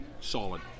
Solid